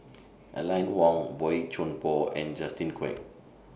Aline Wong Boey Chuan Poh and Justin Quek